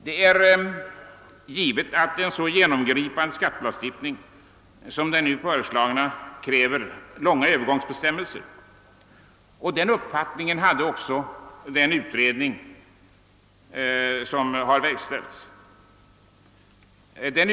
Det är givet att en så genomgripande skattelagstiftning som den nu föreslagna kräver lång övergångstid, och den uppfattningen hade också utredningen.